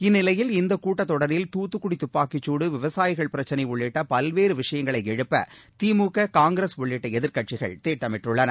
இந்நிலையில் இந்தக் கூட்டத்தொடரில் தூத்துக்குடி துப்பாக்கிச்சூடு விவசாயிகள் பிரச்சினை உள்ளிட்ட பல்வேறு விஷயங்களை எழுப்ப திமுக காங்கிரஸ் உள்ளிட்ட எதிர்க்கட்சிகள் திட்டமிட்டுள்ளன